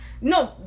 No